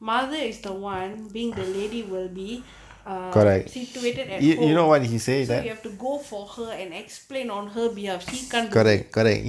mother is the [one] being the lady will be ah situated at home so you have to go for her and explain on her behalf she can't do it